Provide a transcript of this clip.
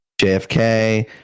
JFK